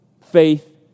faith